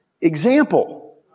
example